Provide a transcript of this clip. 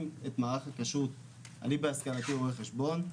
אני בהשכלתי רואה חשבון,